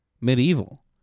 medieval